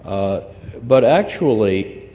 but, actually,